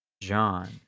John